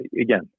again